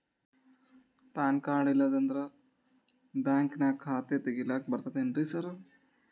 PAN card ಇಲ್ಲಂದ್ರ ಬ್ಯಾಂಕಿನ್ಯಾಗ ಖಾತೆ ತೆಗೆಲಿಕ್ಕಿ ಬರ್ತಾದೇನ್ರಿ ಸಾರ್?